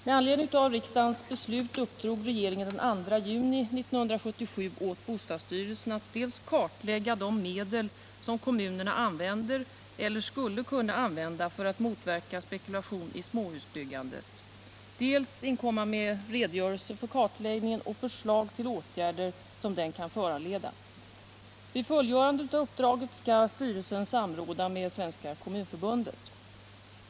Med anledning av riksdagens beslut uppdrog regeringen den 2 juni 1977 åt bostadsstyrelsen att dels kartlägga de medel som kommunerna använder eller skulle kunna använda för att motverka spekulation i småhusbyggandet, dels inkomma med redogörelse för kartläggningen och förslag till åtgärder som den kan föranleda. Vid fullgörandet av uppdraget skall styrelsen samråda med Svenska kommunförbundet.